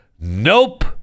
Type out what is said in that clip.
Nope